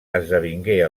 esdevingué